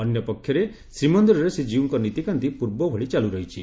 ଅନ୍ୟପକ୍ଷରେ ଶ୍ରୀମନ୍ଦିରରେ ଶ୍ରୀଜୀଉଙ୍କ ନୀତିକାନ୍ତି ପୂର୍ବଭଳି ଚାଲ୍ର ରହିଛି